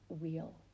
wheel